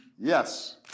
Yes